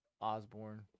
Osborne